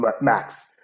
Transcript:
max